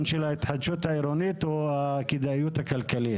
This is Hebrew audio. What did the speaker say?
של ההתחדשות העירונית הוא הכדאיות הכלכלית.